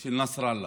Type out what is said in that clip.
של נסראללה.